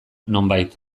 nonbait